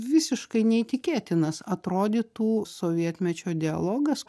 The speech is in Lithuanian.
visiškai neįtikėtinas atrodytų sovietmečio dialogas